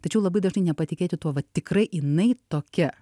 tačiau labai dažnai nepatikėti tuo vat tikrai jinai tokia